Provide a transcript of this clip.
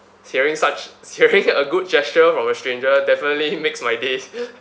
hearing such sharing a good gesture from a stranger definitely makes my days